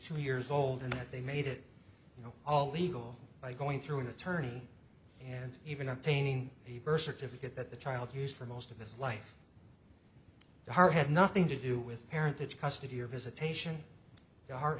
two years old and that they made it you know all legal by going through an attorney and even obtaining a birth certificate that the child used for most of his life the heart had nothing to do with parentage custody or visitation the